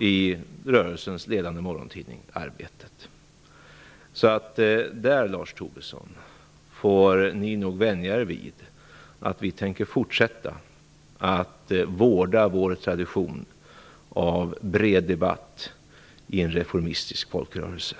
i rörelsens ledande morgontidning Arbetet. Lars Tobisson och Moderaterna får nog vänja sig vid att vi fortsätter att vårda vår tradition av bred debatt i en reformistisk folkrörelse.